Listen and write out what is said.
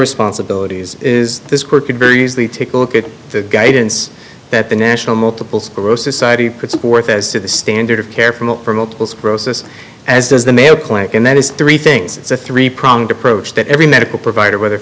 responsibilities is this court could very easily take a look at the guidance that the national multiple sclerosis society puts forth as to the standard of care for not for multiple sclerosis as does the mayo clinic and that is three things it's a three pronged approach that every medical provider whether